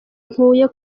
ntuye